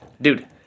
Dude